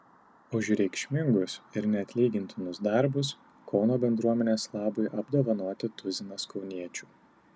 už reikšmingus ir neatlygintinus darbus kauno bendruomenės labui apdovanoti tuzinas kauniečių